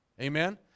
Amen